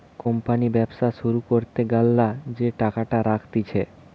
company ব্যবসা শুরু করতে গ্যালা যে টাকাটা রাখতিছে